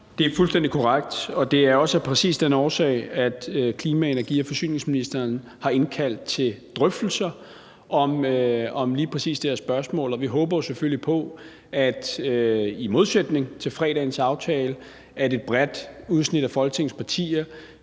Det er fuldstændig korrekt, og det er også af præcis den årsag, at klima-, energi- og forsyningsministeren har indkaldt til drøftelser om lige præcis det her spørgsmål. Og vi håber jo selvfølgelig på – i modsætning til fredagens aftale – at et bredt udsnit af Folketingets partier